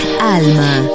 Alma